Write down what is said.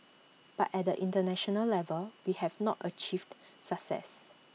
but at the International level we have not achieved success